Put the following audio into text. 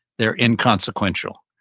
they're inconsequential.